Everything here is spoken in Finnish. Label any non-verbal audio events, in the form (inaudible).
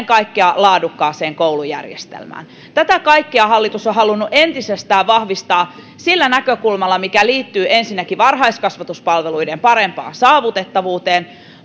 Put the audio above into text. (unintelligible) kaikkea laadukas koulujärjestelmä tätä kaikkea hallitus on halunnut entisestään vahvistaa sillä näkökulmalla mikä liittyy ensinnäkin varhaiskasvatuspalveluiden parempaan saavutettavuuteen